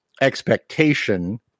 expectation